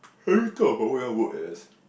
have you thought of what you want work as